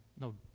no